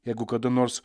jeigu kada nors